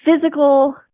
physical